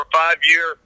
five-year